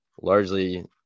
largely